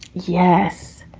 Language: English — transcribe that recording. yes.